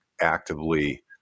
actively